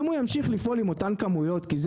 אם הוא ימשיך לפעול עם אותן כמויות כי זו